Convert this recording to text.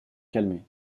calmer